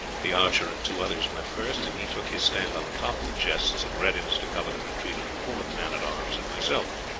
the archer and two others went first, and he took his stand on the top of the chests in readiness to cover the retreat of the fourth man-at-arms and myself.